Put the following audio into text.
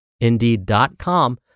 indeed.com